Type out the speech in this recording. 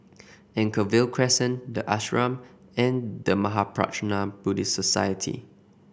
Anchorvale Crescent The Ashram and The Mahaprajna Buddhist Society